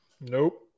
Nope